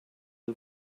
the